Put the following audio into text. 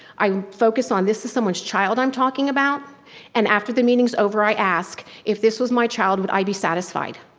i focus on this to someone's child i'm talking about and after the meeting's over i ask, if this was my child, would i be satisfied?